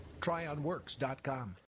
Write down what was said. Tryonworks.com